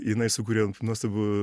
jinai sukūrė nuostabų